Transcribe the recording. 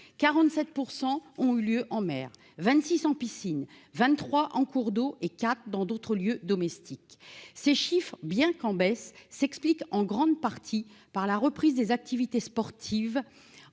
47 % ont eu lieu en mer, 26 % en piscine, 23 % en cours d'eau et 4 % dans d'autres lieux domestiques. Ces chiffres, bien qu'en baisse, s'expliquent en grande partie par la reprise des activités sportives